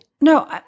no